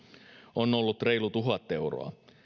on ollut reilu tuhat euroa